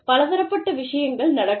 பலதரப்பட்ட விஷயங்கள் நடக்கும்